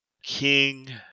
King